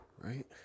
right